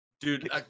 Dude